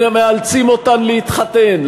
שמאלצים אותן להתחתן,